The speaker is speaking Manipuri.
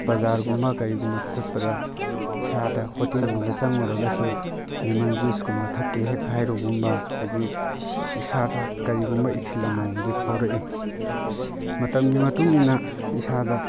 ꯕꯖꯥꯔꯒꯨꯝꯕ ꯀꯔꯤꯒꯨꯝꯕꯗ ꯆꯠꯄꯗ ꯏꯁꯥꯗ ꯍꯣꯇꯦꯜꯒꯨꯝꯕ ꯆꯪꯉꯨꯔꯒꯁꯨ ꯂꯦꯃꯟ ꯖꯨꯁ ꯀꯨꯝꯕ ꯊꯛꯀꯦ ꯍꯦꯛ ꯍꯥꯏꯔꯨꯒꯨꯝꯕ ꯑꯗꯒꯤ ꯏꯁꯥꯗ ꯀꯔꯤꯒꯨꯝꯕ ꯏꯊꯤꯜ ꯑꯃꯝꯃꯝꯗꯤ ꯐꯥꯎꯔꯛꯏ ꯃꯇꯝꯒꯤ ꯃꯇꯨꯡ ꯏꯟꯅ ꯏꯁꯥꯗ